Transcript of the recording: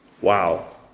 Wow